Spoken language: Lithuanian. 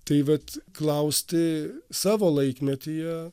tai vat klausti savo laikmetyje